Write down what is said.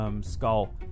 Skull